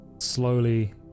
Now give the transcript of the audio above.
Slowly